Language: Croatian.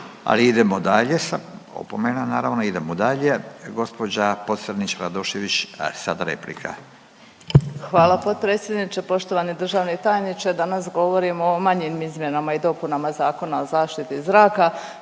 ali idemo dalje sa, opomena, naravno. Idemo dalje. Gđa Pocrnić-Radošević, sad replika. **Pocrnić-Radošević, Anita (HDZ)** Hvala potpredsjedniče, poštovani državni tajniče. Danas govorimo o manjim izmjenama i dopunama Zakona o zaštiti zraka.